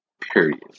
Period